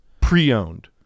pre-owned